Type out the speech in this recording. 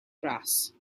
bras